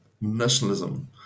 nationalism